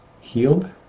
healed